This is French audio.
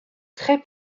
très